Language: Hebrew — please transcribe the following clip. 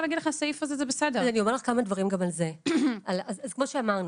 כמו שאמרנו,